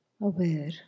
aware